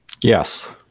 Yes